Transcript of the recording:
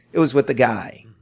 it was with the guy.